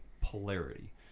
polarity